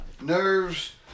nerves